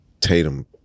Tatum